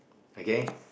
okay